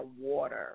water